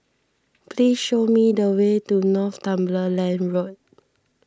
please show me the way to Northumberland Road